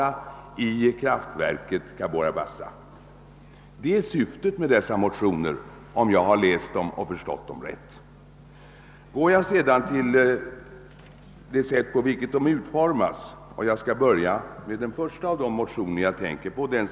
i kraftverksprojektet Cabora Bassa. Det är syftet med dessa motioner, om jag har läst och förstått dem rätt. Jag skall vidare säga något om det sätt på vilket motionerna är utformade.